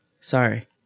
Sorry